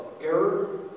error